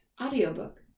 audiobook